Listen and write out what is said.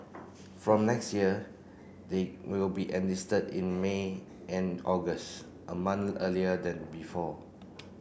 from next year they will be enlisted in May and August a month earlier than before